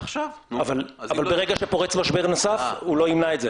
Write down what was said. אבל ברגע שפורץ משבר נוסף הוא לא ימנע את זה.